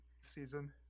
season